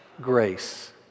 grace